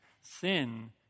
sin